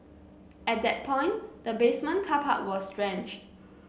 at that point the basement car park was drenched